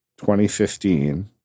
2015